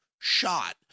Shot